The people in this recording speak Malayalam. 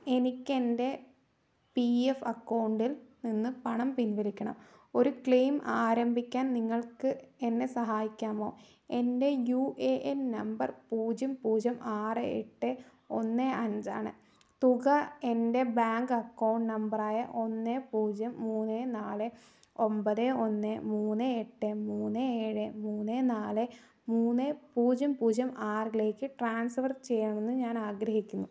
എനിക്ക് എൻ്റെ പി എഫ് അക്കൗണ്ടിൽനിന്ന് പണം പിൻവലിക്കണം ഒരു ക്ലെയിം ആരംഭിക്കാൻ നിങ്ങൾക്ക് എന്നെ സഹായിക്കാമോ എൻ്റെ യു എ എൻ നമ്പർ പൂജ്യം പൂജ്യം ആറ് എട്ട് ഒന്ന് അഞ്ചാണ് തുക എൻ്റെ ബാങ്ക് അക്കൗണ്ട് നമ്പറായ ഒന്ന് പൂജ്യം മൂന്ന് നാല് ഒമ്പത് ഒന്ന് മൂന്ന് എട്ട് മൂന്ന് ഏഴ് മൂന്ന് നാല് മൂന്ന് പൂജ്യം പൂജ്യം ആറിലേക്ക് ട്രാൻസ്ഫർ ചെയ്യാമെന്ന് ഞാൻ ആഗ്രഹിക്കുന്നു